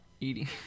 eating